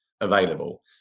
available